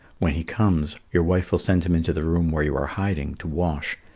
when he comes, your wife will send him into the room where you are hiding to wash,